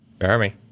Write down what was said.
Jeremy